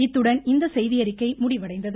இத்துடன் இந்த செய்தியநிக்கை முடிவடைந்தது